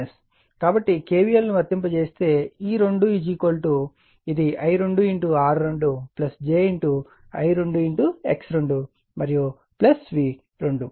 కాబట్టి K v l ను వర్తింపజేస్తే E2 ఇది I2 R2 j I2 X2 మరియు V2